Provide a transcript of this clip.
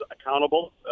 accountable